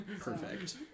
Perfect